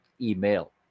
email